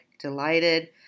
delighted